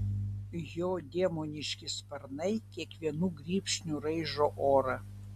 jo demoniški sparnai kiekvienu grybšniu raižo orą